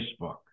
Facebook